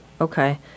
Okay